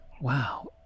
Wow